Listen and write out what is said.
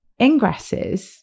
ingresses